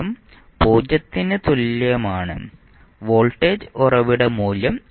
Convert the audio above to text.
സമയം 0 ന് തുല്യമാണ് വോൾട്ടേജ് ഉറവിട മൂല്യം 24 വോൾട്ട്